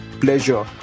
pleasure